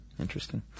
Interesting